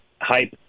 hype